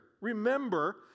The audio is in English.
Remember